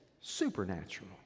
supernatural